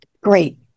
Great